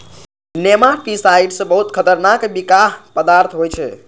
nematicides बहुत खतरनाक बिखाह पदार्थ होइ छै